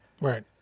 right